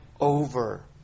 over